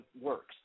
works